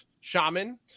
shaman